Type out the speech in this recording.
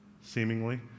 seemingly